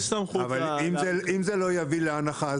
יש סמכות ל --- אבל אם זה לא יביא להנחה,